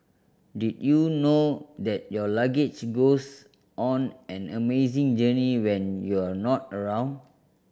did you know that your luggage goes on an amazing journey when you're not around